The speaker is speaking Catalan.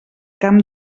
camp